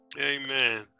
Amen